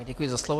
Děkuji za slovo.